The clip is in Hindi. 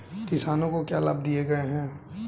किसानों को क्या लाभ दिए गए हैं?